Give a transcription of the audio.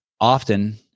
often